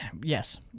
yes